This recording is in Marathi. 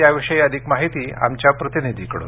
याविषयी अधिक माहिती आमच्या प्रतिनिधीकडून